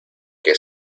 que